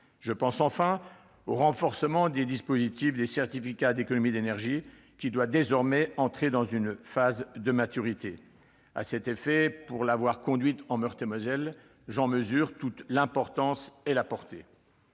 Je pense enfin au renforcement du dispositif des certificats d'économies d'énergie, qui doit désormais entrer dans sa phase de maturité. Pour avoir moi-même appliqué ce projet en Meurthe-et-Moselle, j'en mesure toute l'importance et la portée.